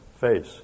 face